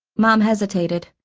mom hesitated,